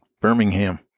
Birmingham